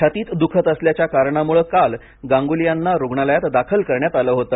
छातीत दुखत असल्याच्या कारणामुळे काल गांगुली यांना रुग्णालयात दाखल करण्यात आलं होते